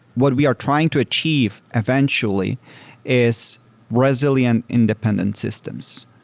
what we are trying to achieve eventually is resilient independent systems.